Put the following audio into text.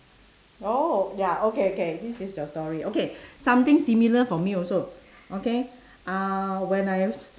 !whoa! ya okay K this is your story okay something similar for me also okay uh when I